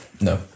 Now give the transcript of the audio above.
No